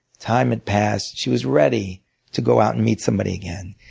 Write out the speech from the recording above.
time had passed, she was ready to go out and meet somebody again.